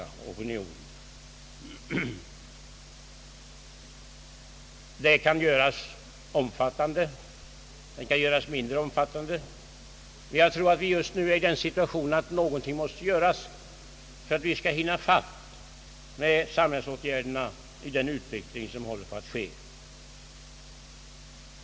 Utredningen kan göras omfattande eller mindre omfattande, men jag tror att vi just nu är i den situationen att någonting måste göras för att vi skall hinna ifatt med samhällsåtgärderna i den utveckling som sker.